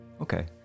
Okay